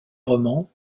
romans